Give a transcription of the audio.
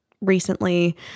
recently